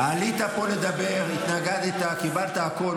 עלית פה לדבר, התנגדת, קיבלת הכול.